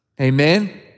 Amen